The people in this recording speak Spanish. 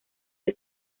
que